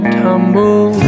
tumble